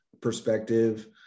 perspective